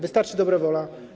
Wystarczy dobra wola.